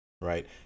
right